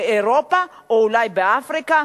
באירופה או אולי באפריקה?